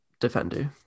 defender